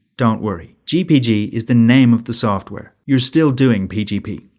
don't worry gpg is the name of the software you're still doing pgp.